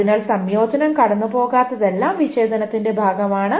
അതിനാൽ സംയോജനം കടന്നുപോകാത്തതെല്ലാം വിച്ഛേദത്തിന്റെ ഭാഗമാണ്